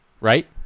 Right